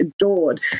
adored